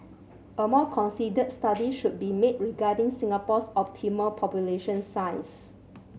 a more considered study should be made regarding Singapore's optimal population size